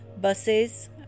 buses